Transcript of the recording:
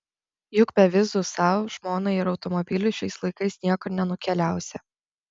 juk be vizų sau žmonai ir automobiliui šiais laikais niekur nenukeliausi